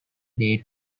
date